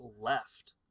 left